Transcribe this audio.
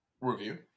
review